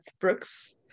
brooks